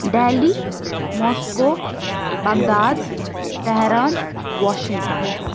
Delhi Moscow Baghdad Tehran Washington